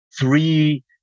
Three